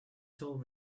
told